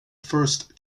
first